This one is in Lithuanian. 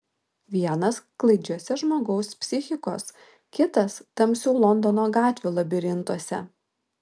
vienas klaidžiuose žmogaus psichikos kitas tamsių londono gatvių labirintuose